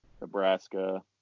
Nebraska